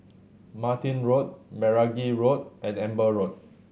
Martin Road Meragi Road and Amber Road